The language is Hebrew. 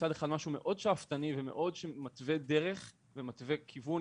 מצד אחד משהו מאוד שאפתני ושמאוד מתווה דרך ומתווה כיוון,